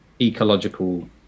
ecological